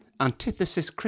Antithesis